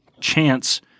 chance